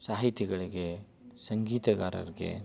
ಸಾಹಿತಿಗಳಿಗೆ ಸಂಗೀತಗಾರರಿಗೆ